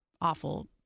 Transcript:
awful